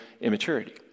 immaturity